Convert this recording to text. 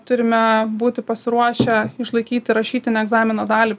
turime būti pasiruošę išlaikyti rašytinę egzamino dalį